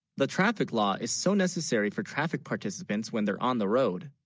the? traffic law is so necessary for traffic participants, when they're on the road